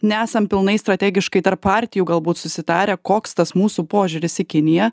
nesam pilnai strategiškai tarp partijų galbūt susitarę koks tas mūsų požiūris į kiniją